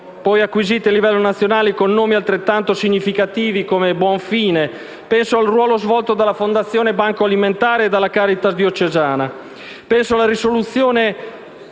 poi acquisiti a livello nazionale con nomi altrettanto significativi, come «Buon fine». Penso al ruolo svolto dalla Fondazione banco alimentare e dalla Caritas diocesana. Penso alla risoluzione